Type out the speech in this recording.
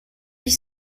huit